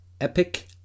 Epic